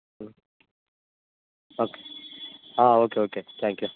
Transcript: okay okay okay thank you